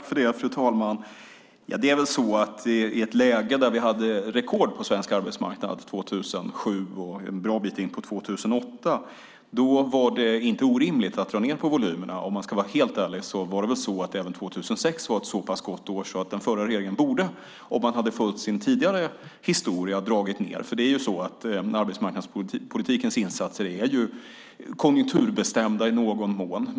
Fru talman! I ett läge där vi hade rekord på svensk arbetsmarknad - 2007 och ett gott stycke in på 2008 - var det inte orimligt att dra ned på volymerna. Om man ska vara helt ärlig ska man säga att även 2006 var ett så pass gott år att den förra regeringen om man hade följt sin tidigare historia borde ha dragit ned. Arbetsmarknadspolitikens åtgärder är ju konjunkturbestämda i någon mån.